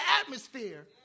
atmosphere